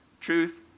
Truth